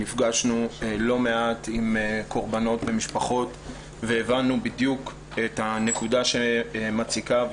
נפגשנו לא מעט עם קורבנות ומשפחות והבנו בדיוק את הנקודה שמציקה,